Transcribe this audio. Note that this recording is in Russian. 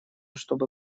чтобы